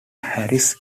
harris